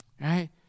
Right